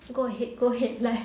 you go ahead go ahead ya